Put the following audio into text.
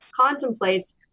contemplates